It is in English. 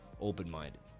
open-minded